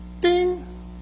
ding